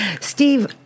Steve